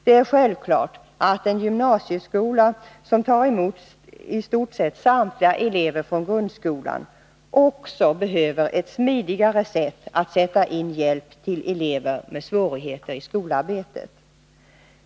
Det är självklart att en gymnasieskola som tar emot i stort sett samtliga elever från grundskolan också behöver ett smidigare sätt att sätta in hjälp till elever med svårigheter i skolarbetet.